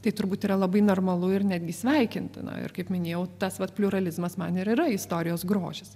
tai turbūt yra labai normalu ir netgi sveikintina ir kaip minėjau tas vat pliuralizmas man ir yra istorijos grožis